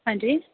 हां जी